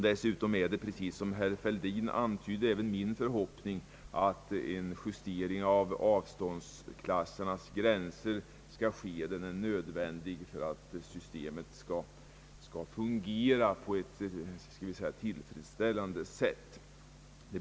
Dessutom är det, som herr Fälldin också antydde, nödvändigt med en justering av avståndsklassernas gränser för att systemet skall fungera på ett tillfredsställande sätt.